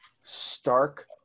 stark